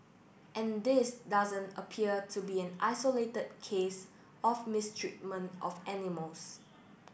and this doesn't appear to be an isolated case of mistreatment of animals